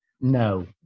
No